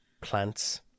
plants